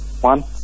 One